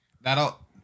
That'll